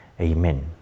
Amen